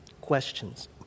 questions